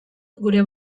gure